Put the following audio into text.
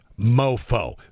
mofo